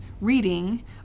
reading